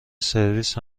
سرویس